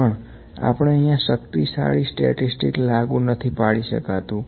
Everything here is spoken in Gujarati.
પણ આપણે અહીંયા શક્તિશાળી સ્ટેટિસ્તિક લાગુ નથી પાડી શકાતું